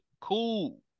cool